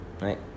Right